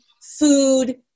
food